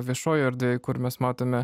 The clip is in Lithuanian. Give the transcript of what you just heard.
viešojoj erdvėj kur mes matome